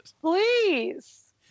Please